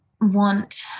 want